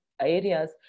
areas